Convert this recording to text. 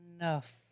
Enough